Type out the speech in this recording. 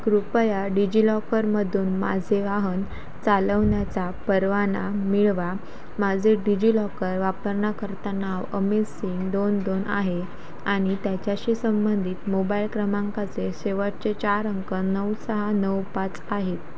कृपया डिजि लॉकरमधून माझे वाहन चालवण्याचा परवाना मिळवा माझे डिजि लॉकर वापरकर्ता नाव अमित सिंग दोन दोन आहे आणि त्याच्याशी संबंधित मोबाईल क्रमांकाचे शेवटचे चार अंक नऊ सहा नऊ पाच आहेत